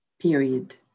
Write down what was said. Period